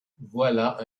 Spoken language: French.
voilà